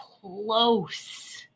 close